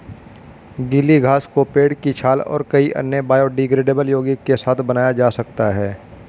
गीली घास को पेड़ की छाल और कई अन्य बायोडिग्रेडेबल यौगिक के साथ बनाया जा सकता है